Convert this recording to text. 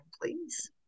please